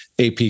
ap